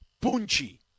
Punchy